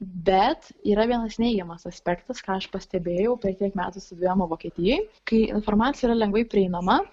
bet yra vienas neigiamas aspektas ką aš pastebėjau per kiek metų studijuodama vokietijoj kai informacija yra lengvai prieinama